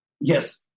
yes